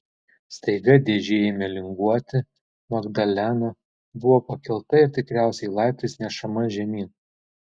staiga dėžė ėmė linguoti magdalena buvo pakelta ir tikriausiai laiptais nešama žemyn